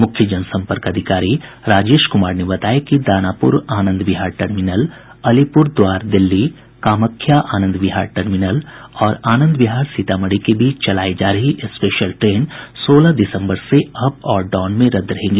मुख्य जनसंपर्क अधिकारी राजेश कुमार ने बताया कि दानापुर आनंद विहार टर्मिनल अलीपुरद्वारा दिल्ली कामख्या आनंद विहार टर्मिनल और आनंद विहार सीतामढ़ी के बीच चलायी जा रही स्पेशल ट्रेन सोलह दिसम्बर से अप और डाउन में रद्द रहेगी